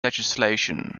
legislation